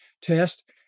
test